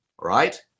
right